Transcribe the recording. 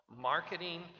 marketing